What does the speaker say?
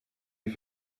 die